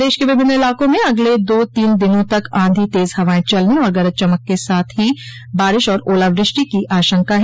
प्रदेश के विभिन्न इलाकों में अगले दो तीन दिनों तक आंधी तेज़ हवाएं चलने और गरज चमक के साथ ही बारिश और ओलावृष्टि की आशंका है